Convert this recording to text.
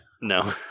no